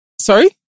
Sorry